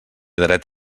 dret